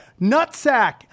Nutsack